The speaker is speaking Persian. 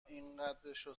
اینقدرشو